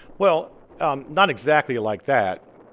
well, um not exactly like that.